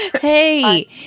hey